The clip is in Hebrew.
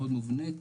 מאוד מובנת.